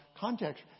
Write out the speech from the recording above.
context